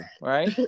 right